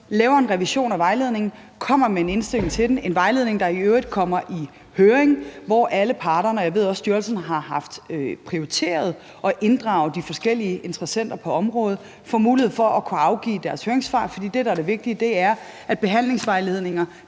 laver en revision af vejledningen og kommer med en indstilling til den. Det er en vejledning, der i øvrigt kommer i høring. Jeg ved også, at styrelsen har prioriteret at inddrage de forskellige interessenter på området. Her får alle parter mulighed for at kunne afgive deres høringssvar. For det, der er det vigtige, er, at behandlingsvejledninger